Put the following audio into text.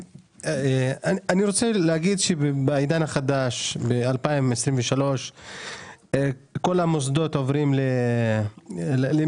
אני רוצה להגיד שבעידן החדש ב- ,2023 כל המוסדות עוברים למחשוב,